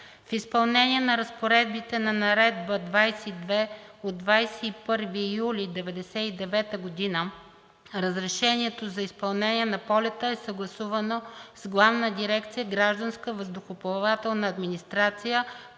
В изпълнение на разпоредбите на Наредба № 22 от 21 юли 1999 г. разрешението за изпълнение на полета е съгласувано с Главна дирекция „Гражданска въздухоплавателна администрация“